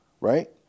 Right